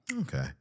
Okay